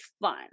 fun